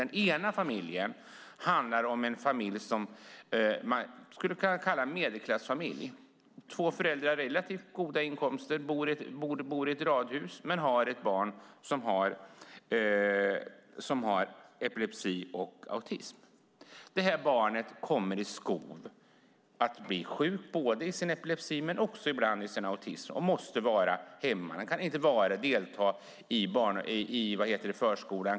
Den ena familjen är en familj som man skulle kunna kalla för en medelklassfamilj. Det är två föräldrar med relativt goda inkomster som bor i ett radhus och har ett barn som har epilepsi och autism. Barnet kommer i skov att bli sjuk både i sin epilepsi och ibland i sin autism. Han måste då vara hemma. Han kan inte delta i förskolan.